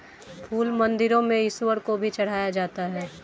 फूल मंदिरों में ईश्वर को भी चढ़ाया जाता है